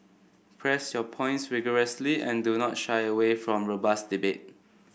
press your points vigorously and do not shy away from robust debate